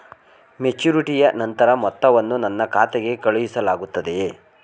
ಮೆಚುರಿಟಿಯ ನಂತರ ಮೊತ್ತವನ್ನು ನನ್ನ ಖಾತೆಗೆ ಕಳುಹಿಸಲಾಗುತ್ತದೆಯೇ?